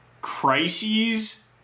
crises